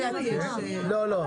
ההסתייגות לא התקבלה.